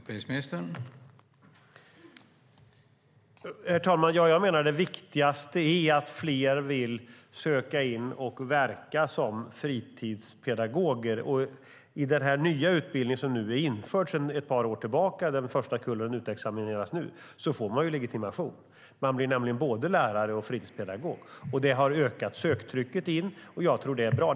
Herr talman! Jag menar att det viktigaste är att fler vill söka in och verka som fritidspedagoger. I den nya utbildning som vi har infört sedan ett par år tillbaka - den första kullen utexamineras nu - får man legitimation. Man blir nämligen både lärare och fritidspedagog. Det har ökat söktrycket, och jag tror att det är bra.